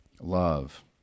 love